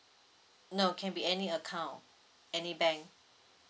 no can be any account any bank